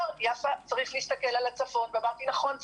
ואמר שצריך להסתכל על הצפון ואמרתי נכון,